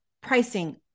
pricing